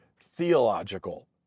theological